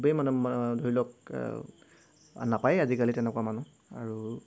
খুবেই মানে ধৰি লওক নাপায়েই আজিকালি তেনেকুৱা মানুহ আৰু